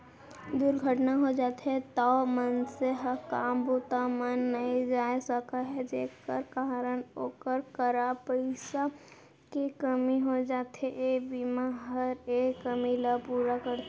दुरघटना हो जाथे तौ मनसे ह काम बूता म नइ जाय सकय जेकर कारन ओकर करा पइसा के कमी हो जाथे, ए बीमा हर ए कमी ल पूरा करथे